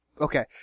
Okay